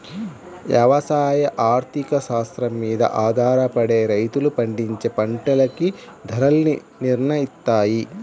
యవసాయ ఆర్థిక శాస్త్రం మీద ఆధారపడే రైతులు పండించే పంటలకి ధరల్ని నిర్నయిత్తారు